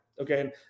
Okay